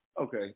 Okay